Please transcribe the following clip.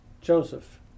Joseph